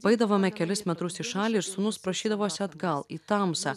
paeidavome kelis metrus į šalį ir sūnus prašydavosi atgal į tamsą